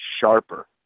sharper